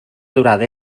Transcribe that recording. durada